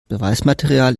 beweismaterial